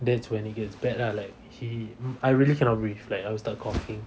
that's when it gets bad lah like he I really cannot breathe like I will start coughing